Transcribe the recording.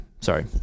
Sorry